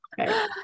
Okay